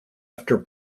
after